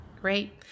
Great